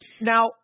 Now